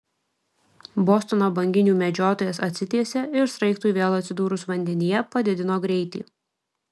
bostono banginių medžiotojas atsitiesė ir sraigtui vėl atsidūrus vandenyje padidino greitį